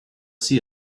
see